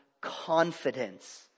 Confidence